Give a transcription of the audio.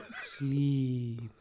Sleep